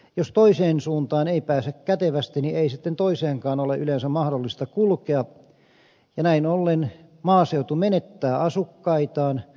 jos toiseen suuntaan ei pääse kätevästi niin ei sitten toiseenkaan ole yleensä mahdollista kulkea ja näin ollen maaseutu menettää asukkaitaan